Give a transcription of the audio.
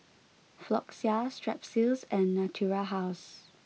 Floxia Strepsils and Natura House